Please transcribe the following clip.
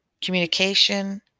communication